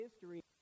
history